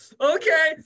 okay